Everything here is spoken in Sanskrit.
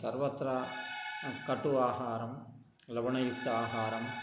सर्वत्र कटुः आहारं लवणयुक्तम् आहारम्